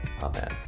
Amen